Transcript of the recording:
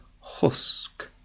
husk